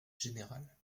générale